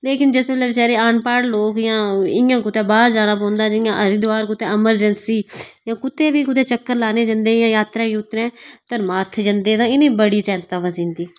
लेकिन जिस बेल्लै बचारे अनपढ़ लोग जां इ'यां कुतै बाह्र जाना पौंदा जि'यां हरिद्बार कुतै इमरजेंसी जां कुतै बी कुतै चक्कर लाने गी जंदे जात्तरा जूत्तरें धर्मार्थ जंदे तां इ'नें गी बड़ी चैंता फसी जंदी